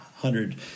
hundred